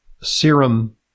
serum